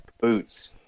boots